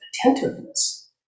attentiveness